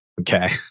okay